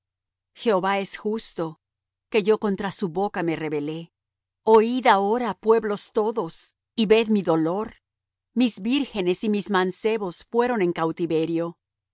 jehová es justo que yo contra su boca me rebelé oid ahora pueblos todos y ved mi dolor mis vírgenes y mis mancebos fueron en cautiverio